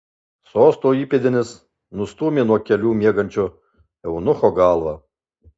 sosto įpėdinis nustūmė nuo kelių miegančio eunucho galvą